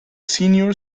senior